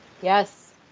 Yes